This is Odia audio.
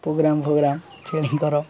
ପ୍ରୋଗ୍ରାମ୍ ଫୋଗ୍ରାମ୍ ଛେଳି ଙ୍କର